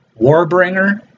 Warbringer